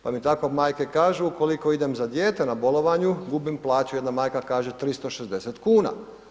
Pa mi tako majke kažu ukoliko idem za dijete na bolovanju, gubim plaću, jedna majke kaže, 360 kuna.